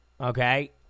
okay